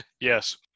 Yes